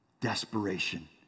desperation